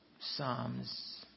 Psalms